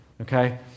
Okay